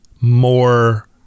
more